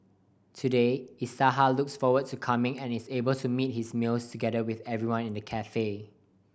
today Isaiah looks forward to coming and is able to meet his meals together with everyone in the cafe